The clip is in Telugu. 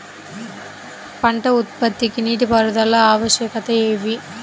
పంట ఉత్పత్తికి నీటిపారుదల ఆవశ్యకత ఏమి?